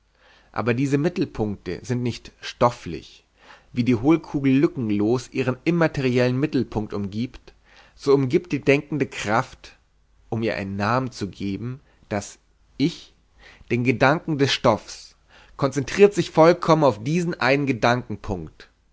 aber diese mittelpunkte sind nicht stofflich wie die hohlkugel lückenlos ihren immateriellen mittelpunkt umgibt so umgibt die denkende kraft um ihr einen namen zu geben das ich den gedanken des stoffs konzentriert sich vollkommen auf diesen einen gedankenpunkt